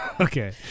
okay